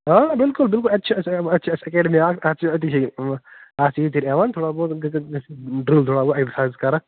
آ بلکل بلکل اتہِ چھِ أسۍ اتہِ چھِ أسۍ ایٚکیڈمی اَکھ تَتہِ چھِ أتی چھِ یہِ آس ژیٖر تیٚلہِ یِوان تھوڑا بہت ڈٕرٚل تھوڑا بہت ایکزَرسایِز کَرَکھ